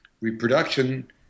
reproduction